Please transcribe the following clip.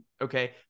okay